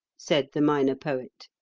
said the minor poet.